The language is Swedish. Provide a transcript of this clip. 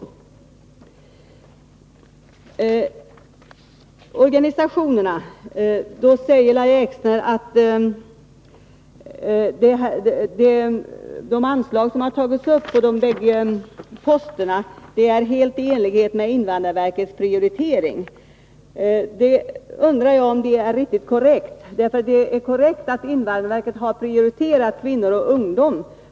När det gäller organisationerna säger Lahja Exner att de anslag som tagits upp för de bägge posterna är helt i enlighet med invandrarverkets prioritering. Jag undrar om det är riktigt korrekt. Det är korrekt att invandrarverket har prioriterat kvinnor och ungdom.